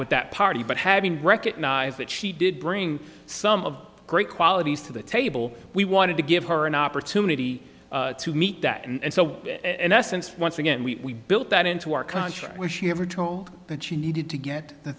with that party but having recognized that she did bring some of great qualities to the table we wanted to give her an opportunity to meet that and so in essence once again we built that into our culture where she never told that she needed to get the